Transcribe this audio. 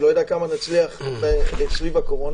אני לא יודע כמה נצליח סביב הקורונה,